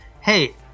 Hey